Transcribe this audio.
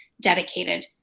dedicated